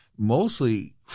mostly